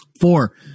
Four